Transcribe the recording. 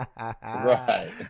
Right